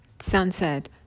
sunset